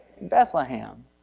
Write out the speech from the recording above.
Bethlehem